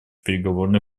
переговорный